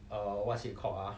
err what's it called ah